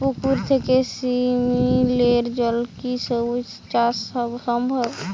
পুকুর থেকে শিমলির জলে কি সবজি চাষ সম্ভব?